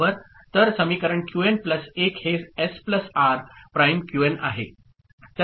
तर समीकरण QN plus 1 हे S plus R prime QN आहे